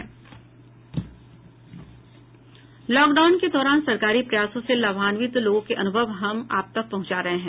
lockdown के दौरान सरकारी प्रयासों से लाभान्वित लोगों के अनुभव हम आप तक पहुंचा रहे हैं